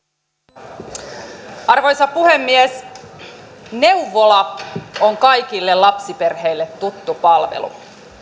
arvoisa arvoisa puhemies neuvola on kaikille lapsiperheille tuttu palvelu